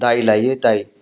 दाय लायो दाय